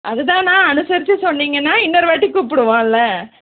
அதுதாண்ணா அனுசரிச்சு சொன்னிங்கன்னால் இன்னொரு வாட்டி கூப்பிடுவோம்ல